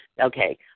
okay